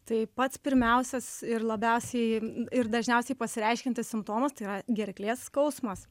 tai pats pirmiausias ir labiausiai ir dažniausiai pasireiškiantis simptomas tai yra gerklės skausmas